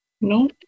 No